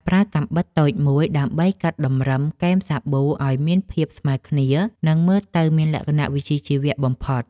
ប្រើកាំបិតតូចមួយដើម្បីកាត់តម្រឹមគែមសាប៊ូឱ្យមានភាពស្មើគ្នា និងមើលទៅមានលក្ខណៈវិជ្ជាជីវៈបំផុត។